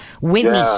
Whitney